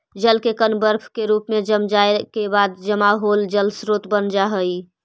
जल के कण बर्फ के रूप में जम जाए के बाद जमा होल जल स्रोत बन जा हई